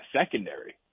secondary